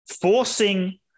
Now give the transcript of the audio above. Forcing